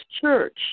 church